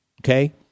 Okay